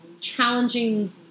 challenging